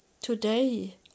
today